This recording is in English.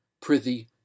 Prithee